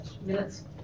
Minutes